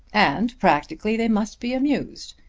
and practically they must be amused.